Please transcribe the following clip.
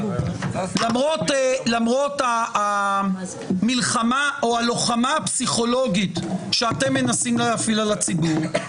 למרות המלחמה או הלוחמה הפסיכולוגית שאתם מנסים להפעיל על הציבור.